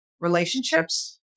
relationships